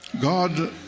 God